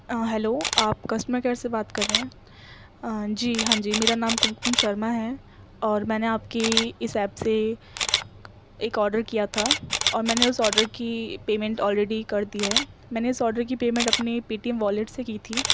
hello آپ customer care سے بات کر رہے ہیں جی ہاں جی میرا نام کم کم شرما ہے اور میں نے آپ کی اس ایپ سے ایک آرڈر کیا تھا اور میں نے اس آرڈر کی پیمنٹ آل ریڈی کر دی ہے میں نے اس آرڈر کی پیمنٹ اپنی پے ٹی ایم والیٹ سے کی تھی